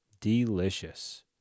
Delicious